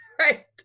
right